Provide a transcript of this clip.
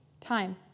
Time